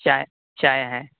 چائے چائے ہیں